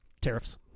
Tariffs